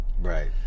right